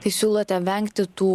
tai siūlote vengti tų